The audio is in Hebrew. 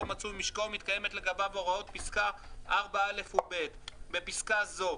מצוי משקו ושמתקיימות לגביו הוראות פסקה (4)(א) ו-(ב); בפסקה זו,